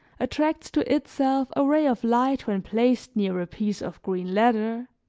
attracts to itself a ray of light when placed near a piece of green leather,